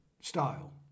style